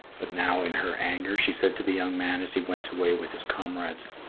but now in her anger she said to the young man as he went away with his comrades,